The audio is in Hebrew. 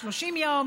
30 יום,